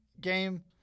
game